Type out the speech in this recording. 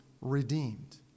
redeemed